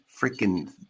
freaking